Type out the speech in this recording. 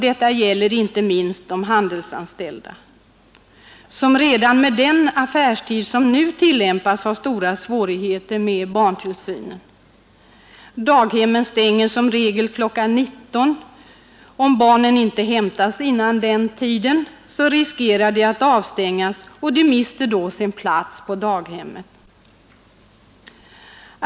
Detta gäller inte minst de handelsanställda, som redan med den affärstid som nu tillämpas har stora svårigheter med barntillsynen. Daghemmen stänger i regel kl. 19.00; om barnen inte hämtas innan den tiden riskerar de att avstängas och mista sin plats på daghemmen.